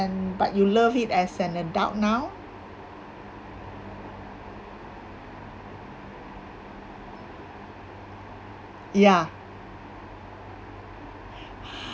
and but you love it as an adult now ya